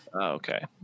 okay